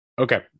okay